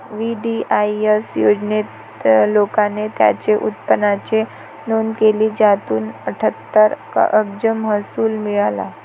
VDIS योजनेत, लोकांनी त्यांच्या उत्पन्नाची नोंद केली, ज्यातून अठ्ठ्याहत्तर अब्ज महसूल मिळाला